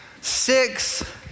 six